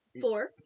Four